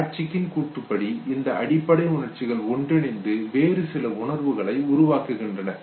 ப்ளட்சிக்கின் கூற்றுப்படி இந்த அடிப்படை உணர்ச்சிகள் ஒன்றிணைந்து வேறு சில உணர்வுகளை உருவாக்குகின்றன